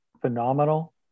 phenomenal